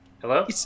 Hello